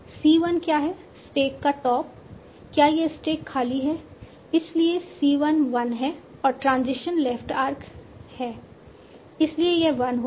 c 1 क्या है stack का टॉप क्या यह स्टैक खाली है इसलिए c 1 1 है और ट्रांजिशन लेफ्ट आर्क है इसलिए यह 1 होगा